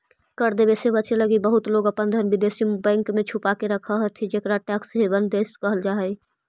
कर देवे से बचे लगी बहुत लोग अपन धन विदेशी बैंक में छुपा के रखऽ हथि जेकरा टैक्स हैवन कहल जा हई